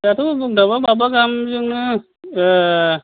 दाथ' बुंनो माबा गाहामजोंनो